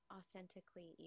authentically